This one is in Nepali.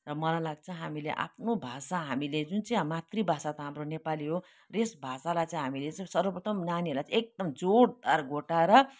र मलाई लाग्छ हामीले आफ्नो भाषा हामीले जुन चाहिँ मातृ भाषा त हाम्रो नेपाली हो यस भाषालाई चाहिँ हामीले चाहिँ सर्वप्रथम नानीहरलाई चाहिँ एकदम जोडदार घोटाएर